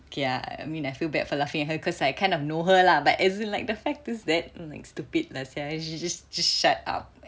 okay I mean I feel bad for laughing at her because I kind of know her lah but as in like the fact is that like stupid sia you should just just shut up